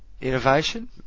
Innovation